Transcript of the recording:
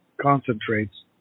concentrates